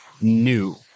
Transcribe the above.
new